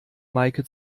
meike